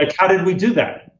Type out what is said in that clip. like how do and we do that?